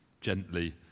gently